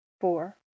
four